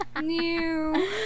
New